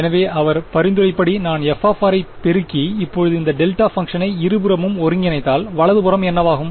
எனவே அவர் பரிந்துரைத்தபடி நான் f ஐ பெருக்கி இப்போது இந்த டெல்டா பங்க்ஷனை இருபுறமும் ஒருங்கிணைத்தால் வலது புறம் என்னவாகும்